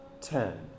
ten